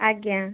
ଆଜ୍ଞା